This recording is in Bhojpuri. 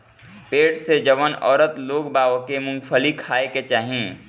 पेट से जवन औरत लोग बा ओके मूंगफली खाए के चाही